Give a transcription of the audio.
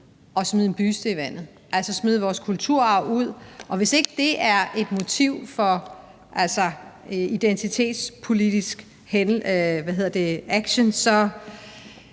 at smide en buste i vandet, altså smide vores kulturarv ud. Og hvis ikke det er et motiv for identitetspolitisk action, ja,